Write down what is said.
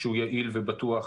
שהוא יעיל ובטוח